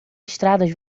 estradas